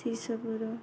ସେଇସବୁର